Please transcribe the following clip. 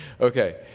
Okay